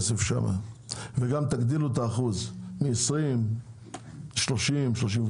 כדאי גם שתגדילו את האחוז מ-20% ל-35%.